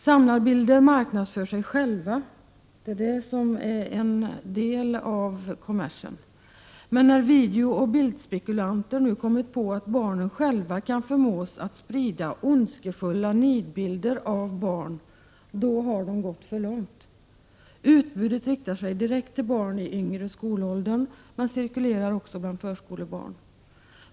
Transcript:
Samlarbilder marknadsför sig själva — och det är det som är en del av kommersen. Men när videooch bildspekulanter nu har kommit på att barnen kan förmås att själva sprida ondskefulla nidbilder av barn, har de gått för långt. Utbudet riktar sig direkt till yngre skolbarn. Men bilderna cirkulerar också bland förskolebarn.